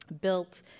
built